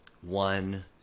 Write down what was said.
one